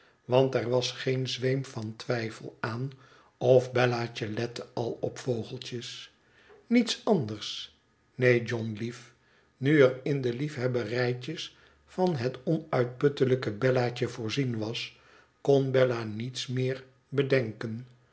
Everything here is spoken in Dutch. want er was geen zweem van twijfel aan of bellaatje lette al op vogeltjes niets anders r neen john lief nu er in de liefhebberijtjes van het onuitputtelijke bellaatje voorzien was lon bella niets meer bedenken